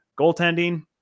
Goaltending